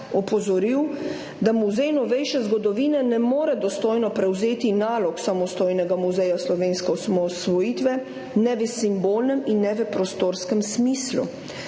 opozoril, da Muzej novejše zgodovine ne more dostojno prevzeti nalog samostojnega muzeja slovenske osamosvojitve ne v simbolnem in ne v prostorskem smislu.